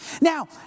Now